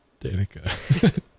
danica